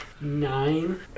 Nine